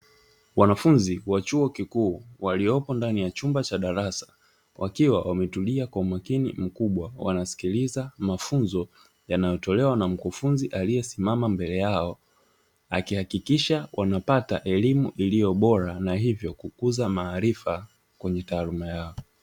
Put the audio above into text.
Wanafunzi wa chuo kikuu waliopo ndani ya chumba cha darasa wakiwa wametulia kwa makini mkubwa wanasikiliza mafunzo yanayotolewa kwa mkufunzi aliyesimama mbele yao, akihakikisha wanapata elimu iliyo bora na ili kuongeza maarifa kwenye taaluma yao.